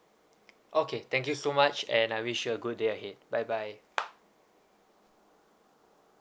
okay thank you so much and I wish good day ahead bye bye